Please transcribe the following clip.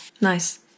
nice